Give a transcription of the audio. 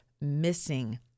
missing